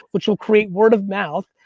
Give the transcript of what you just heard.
which will create word of mouth.